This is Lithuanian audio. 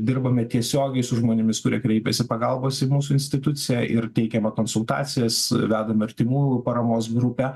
dirbame tiesiogiai su žmonėmis kurie kreipėsi pagalbos į mūsų instituciją ir teikiame konsultacijas vedame artimųjų paramos grupę